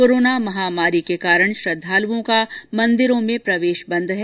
corona महामारी के कारण श्रद्धालुओं का मंदिरों में प्रवेश बंद है